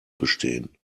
bestehen